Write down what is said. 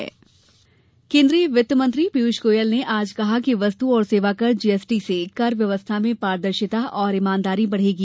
GST बैठक केन्द्रीय वित्त मंत्री पीयूष गोयल ने आज कहा कि वस्तु और सेवा कर जीएसटी से कर व्यवस्था में पारदर्शिता और ईमानदारी बढेगी